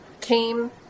came